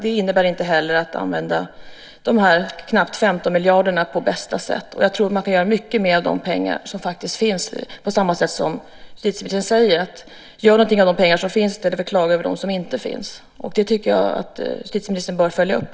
Det innebär inte heller att man använder dessa knappt 15 miljarder på bästa sätt. Jag tror att man kan göra mycket mer för de pengar som faktiskt finns, precis som justitieministern säger. Det gäller att göra någonting av de pengar som finns i stället för att klaga över dem som inte finns. Det tycker jag att justitieministern bör följa upp.